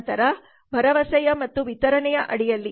ನಂತರ ಭರವಸೆಯ ಮತ್ತು ವಿತರಣೆಯ ಅಡಿಯಲ್ಲಿ